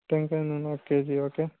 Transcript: టెంకాయ నూనె ఒక కేజీ ఓకే